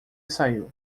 saiu